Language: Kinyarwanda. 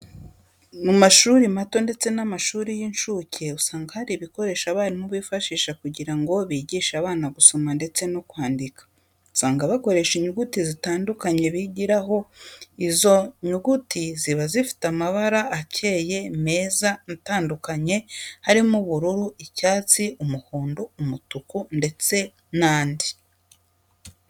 Mu mashuri mato ndetse n'amashuri y'incuke, usanga hari ibikoresho abarimu bifashisha kugira ngo bigishe abana gusoma ndetse no kwandika, usanga bakoresha inyuguti zitandukanye bigiraho, izo nyuguti ziba zifite amabara akeye meza atandukanye, harimo ubururu, icyatsi, umuhondo, umutuku, ndetse n'andi.